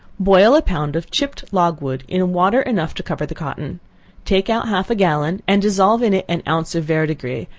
boil a pound of chipped logwood in water enough to cover the cotton take out half a gallon, and dissolve in it an ounce of verdigris,